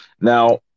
Now